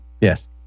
Yes